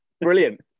Brilliant